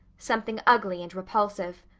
something ugly and repulsive.